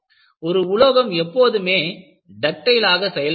ஒரு உலோகம் எப்போதுமே டக்டைல் ஆக செயல்படாது